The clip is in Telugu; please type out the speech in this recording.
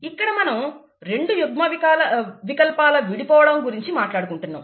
ఇక్కడ మనం రెండు యుగ్మవికల్పాల విడిపోవడం గురించి మాట్లాడుకుంటున్నాము